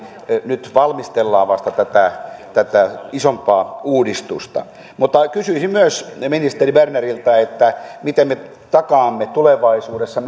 nyt valmistellaan vasta tätä tätä isompaa uudistusta mutta kysyisin myös ministeri berneriltä miten me takaamme tulevaisuudessa